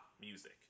music